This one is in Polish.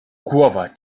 głowa